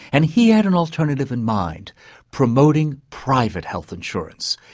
and he had an alternative in mind promoting private health insurance.